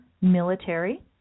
military